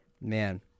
man